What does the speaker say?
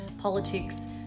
politics